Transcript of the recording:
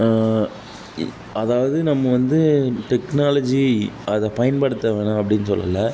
இ அதாவது நம்ம வந்து டெக்னாலஜி அதை பயன்படுத்த வேணாம் அப்படின் சொல்லலை